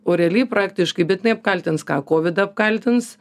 o realiai praktiškai bet jinai apkaltins ką kovidą apkaltins